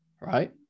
Right